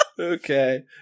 Okay